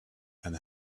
and